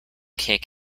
cake